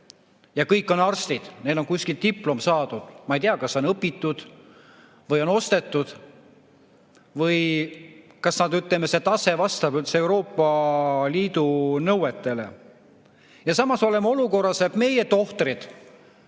Ja kõik on arstid, neil on kuskilt diplom saadud, ma ei tea, kas see on õpitud või on ostetud või kas, ütleme, see tase vastab üldse Euroopa Liidu nõuetele. Ja samas oleme olukorras, kus meie tohtrid